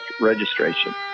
registration